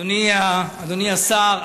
אדוני השר,